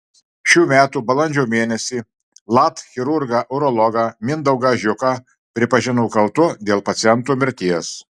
šių metų balandžio mėnesį lat chirurgą urologą mindaugą žiuką pripažino kaltu dėl paciento mirties